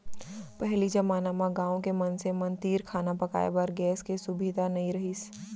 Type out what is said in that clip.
पहिली जमाना म गॉँव के मनसे मन तीर खाना पकाए बर गैस के सुभीता नइ रहिस